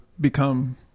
become